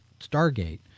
Stargate